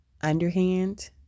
underhand